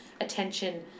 attention